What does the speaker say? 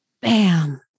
Bam